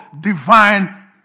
divine